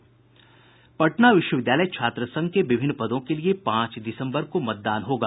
पटना विश्वविद्यालय छात्र संघ के विभिन्न पदों के लिए पांच दिसम्बर को मतदान होगा